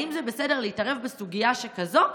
האם זה בסדר להתערב בסוגיה שכזאת,